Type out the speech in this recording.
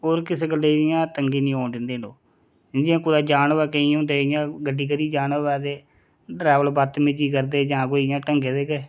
और किसे गल्ला इ'यां तंगी नेईं आन दिंदे जि'यां कुतै जाना होवे केईं हुंदे इ'यां गड्डी करी जाना होवे ते डरैवर बदतमीजी करदे जां कोई इयां ढंगै दे गै